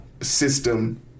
system